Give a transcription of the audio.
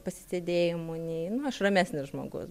pasisėdėjimų nei nu aš ramesnis žmogus